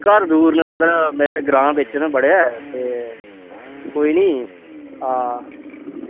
घर दूर न सर मेरे ग्रांऽ बिच न बड़े ते कोई नी आं